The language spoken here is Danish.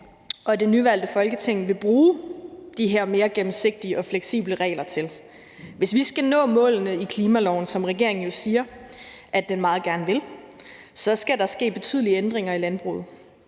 det nyvalgte Folketing vil bruge de her mere gennemsigtige og fleksible regler til. Hvis vi skal nå målene i klimaloven, som regeringen jo siger at den meget gerne vil, så skal der ske betydelige ændringer i landbruget.